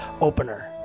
opener